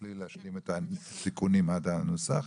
תוכלי להשלים את התיקונים עד הנוסח,